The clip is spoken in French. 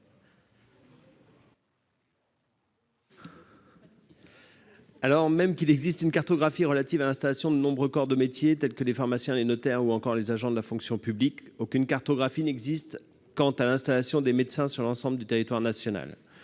Alors même qu'il existe une cartographie relative à l'installation de nombreux corps de métiers tels que les pharmaciens, les notaires ou les agents de la fonction publique, l'installation des médecins sur l'ensemble du territoire national